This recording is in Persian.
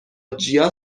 جیا